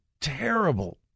terrible